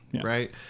Right